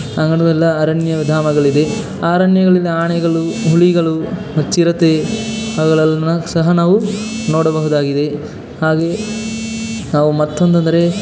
ಅರಣ್ಯಧಾಮಗಳಿದೆ ಆ ಅರಣ್ಯಗಳಲ್ಲಿ ಆನೆಗಳು ಹುಲಿಗಳು ಮತ್ತು ಚಿರತೆ ಅವುಗಳನ್ನು ಸಹ ನಾವು ನೋಡಬಹುದಾಗಿದೆ ಹಾಗೆ ನಾವು ಮತ್ತೊಂದಂದರೆ